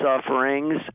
sufferings